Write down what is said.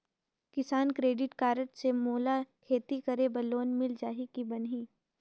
किसान credit card से मोला खेती करे बर लोन मिल जाहि की बनही??